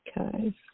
Okay